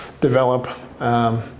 develop